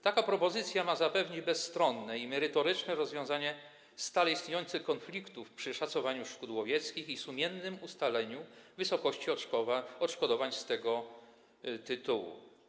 Taka propozycja ma zapewnić bezstronne i merytoryczne rozwiązanie stale pojawiających się konfliktów przy szacowaniu szkód łowieckich i sumiennym ustaleniu wysokości odszkodowań z tego tytułu.